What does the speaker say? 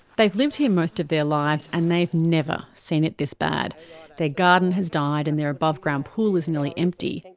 they've lived here most of their lives and they've never seen it this bad their garden has died, and their above-ground pool is nearly empty.